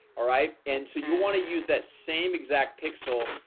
all right, and so you want to use that same exact pixel?